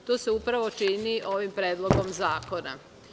To se upravo čini ovim predlogom zakona.